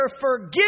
forgive